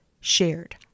shared